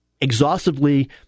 exhaustively